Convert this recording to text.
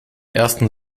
ersten